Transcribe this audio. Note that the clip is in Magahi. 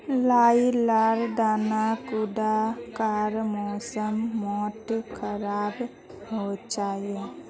राई लार दाना कुंडा कार मौसम मोत खराब होचए?